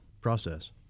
process